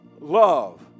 love